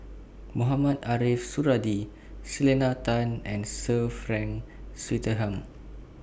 Mohamed Ariff Suradi Selena Tan and Sir Frank Swettenham